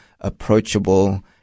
approachable